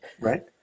Right